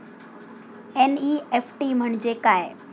NEFT म्हणजे काय?